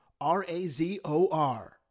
R-A-Z-O-R